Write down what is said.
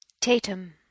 Tatum